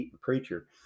preacher